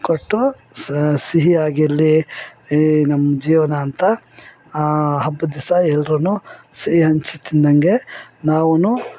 ಕೊಟ್ಟು ಸ ಸಿಹಿಯಾಗಿರಲಿ ಈ ನಮ್ಮ ಜೀವನ ಅಂತ ಹಬ್ಬದ್ದಿಸ ಎಲ್ರು ಸಿಹಿ ಹಂಚಿ ತಿಂದಂಗೆ ನಾವು